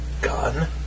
gun